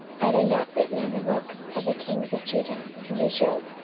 are they not written in the book of the kings of judah and israel?